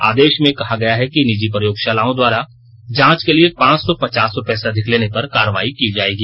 आदेश में कहा गया है कि निजी प्रयोगशालाओं द्वारा जांच के लिए पांच सौ पचास रुपए से अधिक लेने पर कार्रवाई की जाएगी